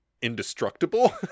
Indestructible